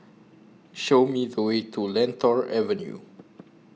Show Me The Way to Lentor Avenue